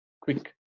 quick